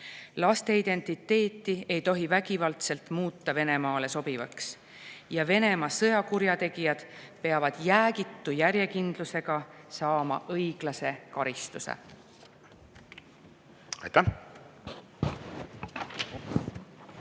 laste identiteeti ei tohi vägivaldselt muuta Venemaale sobivaks ja Venemaa sõjakurjategijad peavad jäägitu järjekindlusega saama õiglase karistuse. Aitäh!